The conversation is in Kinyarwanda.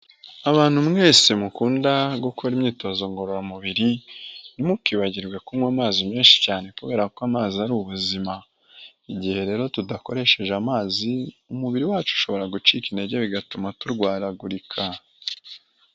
Abantu mwese mukunda gukora imyitozo ngororamubiri, ntimukibagirwe kunywa amazi menshi cyane, kubera ko amazi ari ubuzima. Igihe rero tudakoresheje amazi, umubiri wacu ushobora gucika intege, bigatuma turwaragurika.